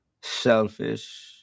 selfish